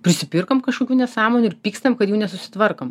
prisipirkom kažkokių nesąmonių ir pykstam kad jų nesusitvarkom